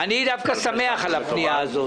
אני דווקא שמח על הפנייה הזאת.